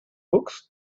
books